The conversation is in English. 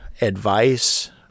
advice